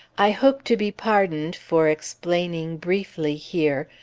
i hope to be pardoned for explaining briefly, here,